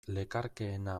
lekarkeena